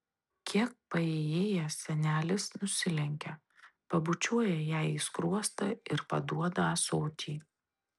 kiek paėjėjęs senelis nusilenkia pabučiuoja jai į skruostą ir paduoda ąsotį